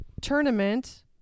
tournament